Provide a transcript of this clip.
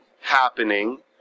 happening